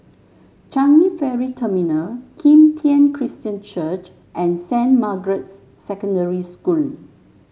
Changi Ferry Terminal Kim Tian Christian Church and Saint Margaret's Secondary School